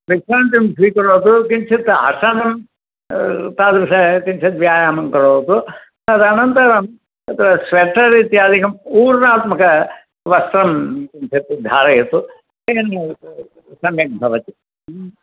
विश्रान्तिं स्वीकरोतु किञ्चित् आसनं तादृश किञ्चित् व्यायामं करोतु तदनन्तरं तत्र स्वेटर् इत्यादिकं पूर्णात्मकवस्त्रं धर्तु धारयतु सम्यक् भवति